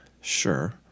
sure